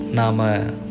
nama